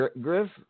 Griff